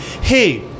hey